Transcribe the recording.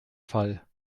fall